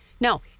no